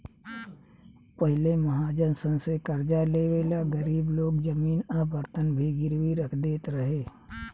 पहिले महाजन सन से कर्जा लेवे ला गरीब लोग जमीन आ बर्तन भी गिरवी रख देत रहे